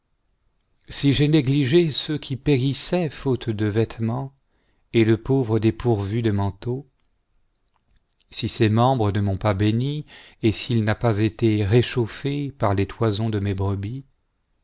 si j'ai négligé celui qui périssait faute de vêtement et le pauvre dépourvu de manteau si ses membres ne m'ont pas béni et s'il n'a pas été réchauffé par les toisons de mes brebis